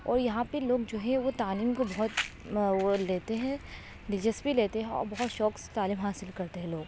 اور یہاں پہ لوگ جو ہے وہ تعلیم کو بہت وہ لیتے ہیں دلچسپی لیتے ہیں اور بہت شوق سے تعلیم حاصل کرتے ہیں لوگ